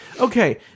Okay